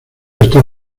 está